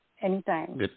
anytime